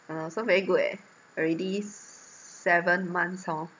uh so very good eh already seven months hor